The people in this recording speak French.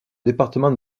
département